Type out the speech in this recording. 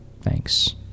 Thanks